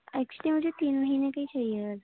actually مجھے تین مہینے کا ہی چاہیے بس